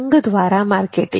સંઘ દ્વારા માર્કેટિંગ